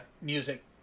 music